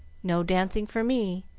no dancing for me,